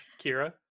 Kira